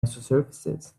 isosurfaces